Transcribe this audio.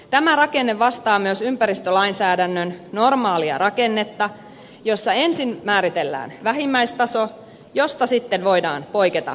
tämä rakenne vastaa myös ympäristölainsäädännön normaalia rakennetta jossa ensin määritellään vähimmäistaso josta sitten voidaan poiketa erityisistä syistä